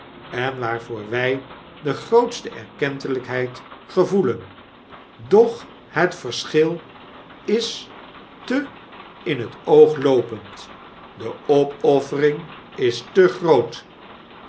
en waarvoor wg de grootste erkentelgkheid gevoelen doch het verschil is te in het oog loopend de opoffering is te groot